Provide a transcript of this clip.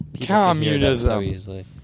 Communism